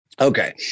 Okay